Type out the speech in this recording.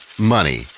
Money